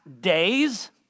days